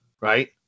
right